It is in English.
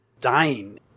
dying